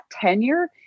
tenure